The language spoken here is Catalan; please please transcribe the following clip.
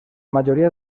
majoria